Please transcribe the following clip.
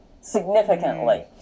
significantly